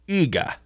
ega